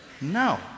No